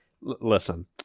listen